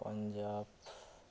Punjab